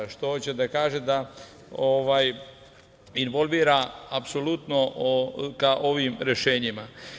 Hoće da kaže, da involvira apsolutno ka ovim rešenjima.